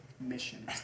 mission